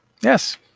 Yes